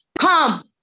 come